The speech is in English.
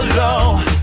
low